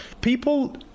People